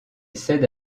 cède